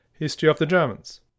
historyofthegermans